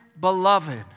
beloved